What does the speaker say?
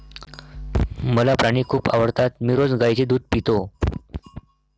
मला प्राणी खूप आवडतात मी रोज गाईचे दूध पितो